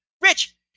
Rich